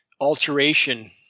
alteration